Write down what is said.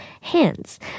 hands